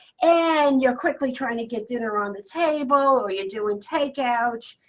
and you're quickly trying to get dinner on the table. or you're doing takeout.